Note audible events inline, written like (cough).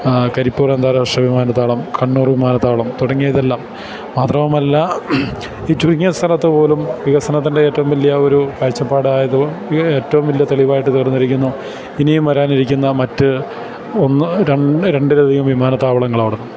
കരിപ്പൂർ അന്താരാഷ്ട്ര വിമാനത്താവളം കണ്ണൂർ വിമാനത്താവളം തുടങ്ങിയവയെല്ലാം മാത്രവുമല്ല ഈ ചുരുങ്ങിയ സ്ഥലത്തുപോലും വികസനത്തിൻ്റെ ഏറ്റവും വലിയ ഒരു കാഴ്ചപ്പാടായത് ഏറ്റവും വലിയ തെളിവായിട്ട് തീർന്നിരിക്കുന്നു ഇനിയും വരാനിരിക്കുന്ന മറ്റ് ഒന്ന് രണ്ടിലധികം വിമാനത്താവളങ്ങൾ (unintelligible)